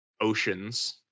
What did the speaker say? oceans